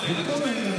אני רק אומר,